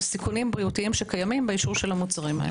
סיכונים בריאותיים שקיימים באישור המוצרים.